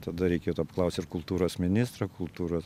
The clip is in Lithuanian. tada reikėtų apklaust ir kultūros ministrą kultūros